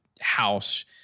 house